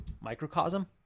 microcosm